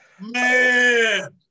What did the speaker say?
Man